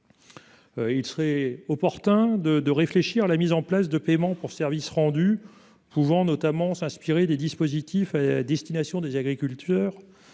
Il serait opportun de, de réfléchir. La mise en place de paiements pour services rendus pouvant notamment s'inspirer des dispositifs à destination des agriculteurs.